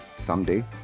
someday